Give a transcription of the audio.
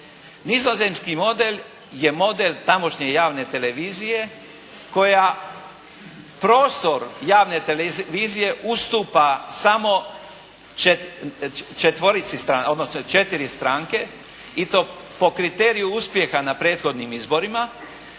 Nizozemski model je model tamošnje javne televizije koja prostor javne televizije ustupa samo četiri stranke i to po kriteriju uspjeha na prethodnim izborima.